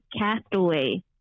castaway